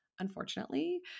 Unfortunately